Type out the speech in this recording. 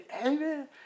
Amen